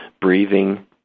breathing